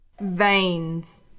Veins